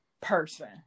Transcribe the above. person